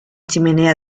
chimenea